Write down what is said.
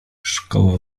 szkoła